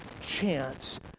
chance